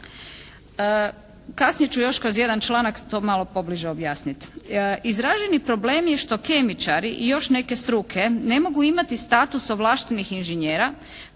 Kasnije ću još kroz jedan članak to malo pobliže objasniti. Izraženi problem je što kemičari i još neke struke ne mogu imati status ovlaštenih inžinjera